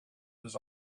his